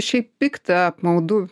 šiaip pikta apmaudu